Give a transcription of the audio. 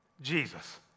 Jesus